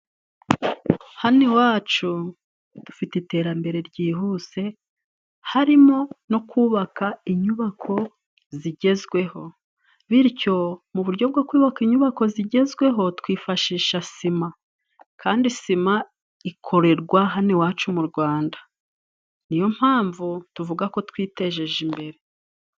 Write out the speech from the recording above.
Hano iwacu, dufite iterambere ryihuse harimo no kubaka inyubako zigezweho, bityo mu buryo bwo kubaka inyubako zigezweho, twifashisha sima kandi sima ikorerwa hano iwacu mu Rwanda ni yo mpamvu tuvuga ko twitejeje imbere.